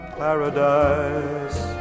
paradise